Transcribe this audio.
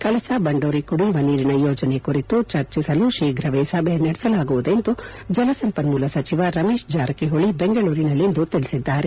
ಕಳಸಾ ಬಂಡೂರಿ ಕುಡಿಯುವ ನೀರಿನ ಯೋಜನೆ ಕುರಿತು ಚರ್ಚಿಸಲು ಶೀಘವೇ ಸಭೆ ನಡೆಸಲಾಗುವುದು ಎಂದು ಜಲಸಂಪನ್ನೂಲ ಸಚಿವ ರಮೇಶ್ ಜಾರಕಿಹೊಳಿ ಬೆಂಗಳೂರಿನಲ್ಲಿಂದು ತಿಳಿಸಿದ್ದಾರೆ